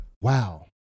Wow